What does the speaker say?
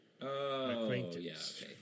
acquaintance